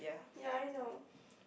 ya I know